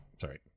Sorry